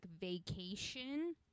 vacation